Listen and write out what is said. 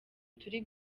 turi